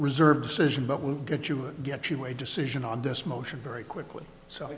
reserve decision but we'll get you get you a decision on this motion very quickly so